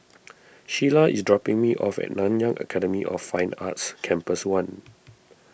Shiela is dropping me off at Nanyang Academy of Fine Arts Campus one